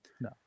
no